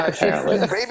baby